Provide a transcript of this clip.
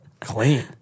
Clean